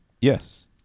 Yes